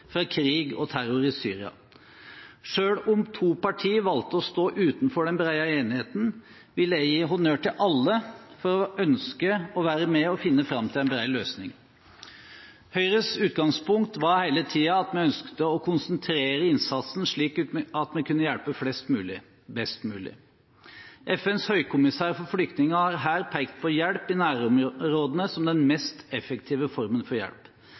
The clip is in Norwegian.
fra krig og terror i Syria. Selv om to partier valgte å stå utenfor den brede enigheten, vil jeg gi honnør til alle for å ønske å være med og finne fram til en bred løsning. Høyres utgangspunkt var hele tiden ønsket om å konsentrere innsatsen, slik at vi kunne hjelpe flest mulig, best mulig. FNs høykommissær for flyktninger har her pekt på hjelp i nærområdene som den mest effektive formen for hjelp.